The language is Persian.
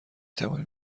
توانیم